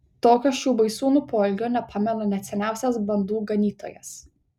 tokio šių baisūnų poelgio nepamena net seniausias bandų ganytojas